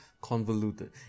convoluted